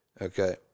okay